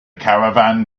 caravan